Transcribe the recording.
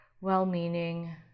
well-meaning